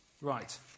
Right